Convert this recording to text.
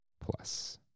Plus